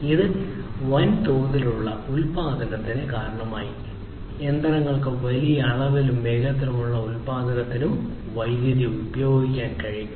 ഇത് വൻതോതിലുള്ള ഉൽപാദനത്തിന് കാരണമായി യന്ത്രങ്ങൾക്ക് വലിയ അളവിലും വേഗത്തിലുള്ള ഉൽപാദനത്തിനും വൈദ്യുതി ഉപയോഗിക്കാൻ കഴിയും